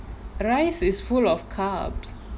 rice is full of carbohydrates